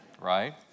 right